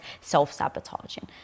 self-sabotaging